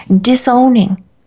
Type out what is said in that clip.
disowning